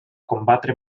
combatre